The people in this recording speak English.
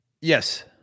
yes